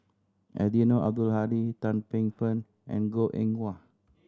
Eddino Abdul Hadi Tan Paey Fern and Goh Eng Wah